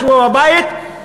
ישבו בבית,